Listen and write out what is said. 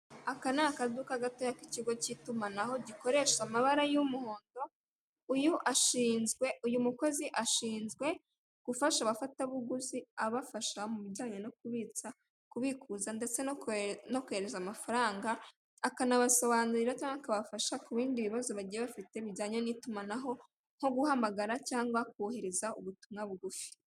Aka ni akaduka gatoya k'ikigo cy'itumanaho gikoresha amabara y'umuhondo, uyu ashinzwe uyu mukozi ashinzwe, gufasha abafatabuguzi abafasha mu bijyanye no kubitsa, kubikuza ndetse no kohereza amafaranga, akanabasobanurira cyangwa akabafasha ku bindi bibazo bagiye bafite bijyanye n'itumanaho nko guhamagara cyangwa kohereza ubutumwa bugufi.